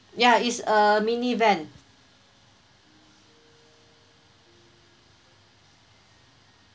ya it's a mini van